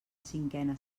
cinquena